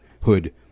hood